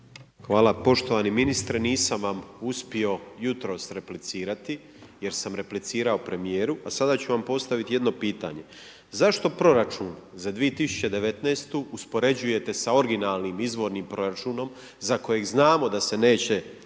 Hvala poštovani ministre nisam vam uspio jutros replicirati jer sam replicirao premijeru, a sada ću vam postavit jedno pitanje. Zašto proračun za 2019. uspoređujete sa originalnim izvornim proračunom za koje znamo da se neće